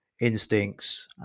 instincts